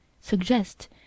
suggest